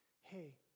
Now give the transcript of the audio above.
hey